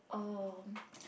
um